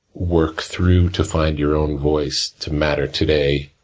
work through to find your own voice, to matter today,